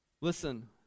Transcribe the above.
Listen